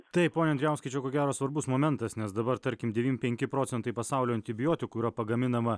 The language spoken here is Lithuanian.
taip pone andrijauskai čia ko gero svarbus momentas nes dabar tarkim devym penki procentai pasaulio antibiotikų yra pagaminama